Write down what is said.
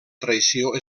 traïció